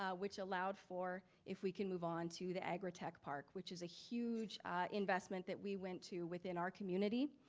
ah which allowed for, if we can move on to the agritech park, which is a huge investment that we went to within our community.